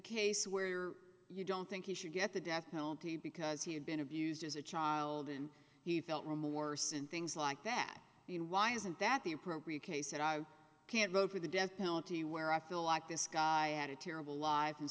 case where you don't think you should get the death penalty because he had been abused as a child and he felt remorse and things like that i mean why isn't that the appropriate case and i can't vote for the death penalty where i feel like this guy had a terrible lives and